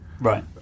Right